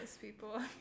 people